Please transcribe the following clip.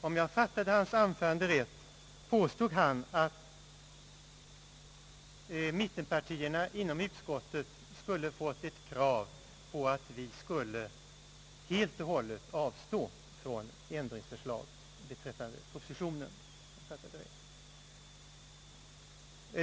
Om jag fattade hans anförande rätt, påstod han att mittenpartierna inom utskottet skulle ha fått ett krav på att de helt och hållet skulle avstå från ändringsförslag beträffande propositionen.